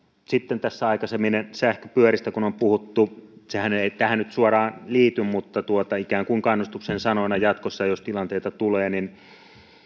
sitten kun tässä aikaisemmin sähköpyöristä on puhuttu sehän ei ei tähän nyt suoraan liity mutta ikään kuin kannustuksen sanoina jatkossa jos tilanteita tulee niin